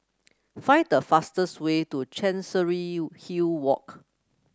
find the fastest way to Chancery Hill Walk